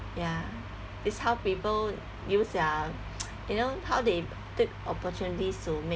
ya this how people use their you know how they took opportunities to make